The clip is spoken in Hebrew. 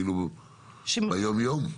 ביום יום?